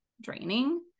draining